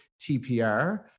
TPR